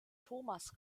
thomas